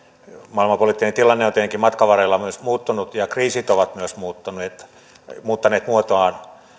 maailmanpoliittinen tilanne on tietenkin matkan varrella myös muuttunut ja kriisit ovat myös muuttaneet muotoaan